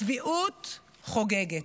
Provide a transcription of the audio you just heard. הצביעות חוגגת.